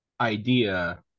Idea